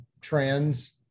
trends